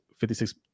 56